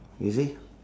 you see